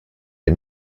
wer